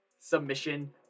submission